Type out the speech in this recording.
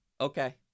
Okay